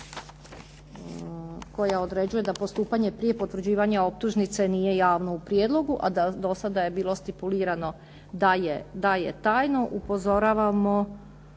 koja određuje da postupanje prije potvrđivanja optužnice nije javno u prijedlogu, a da do sada je bilo stipulirano da je tajno upozoravamo